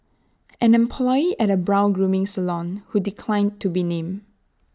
an employee at A brow grooming salon who declined to be named